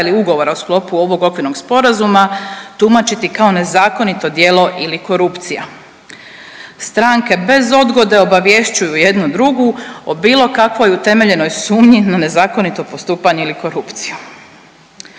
ili ugovora u sklopu ovog okvirnog sporazuma tumačiti kao nezakonito djelo ili korupcija. Stranke bez odgode obavješćuju jedna drugu o bilo kakvoj utemeljenoj sumnji na nezakonito postupanje ili korupciju.“